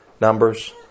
Numbers